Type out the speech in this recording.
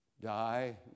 die